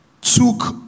took